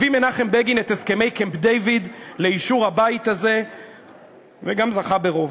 הביא מנחם בגין את הסכמי קמפ-דייוויד לאישור הבית הזה וגם זכה ברוב.